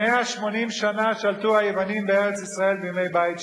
180 שנה שלטו היוונים בארץ-ישראל בימי בית שני,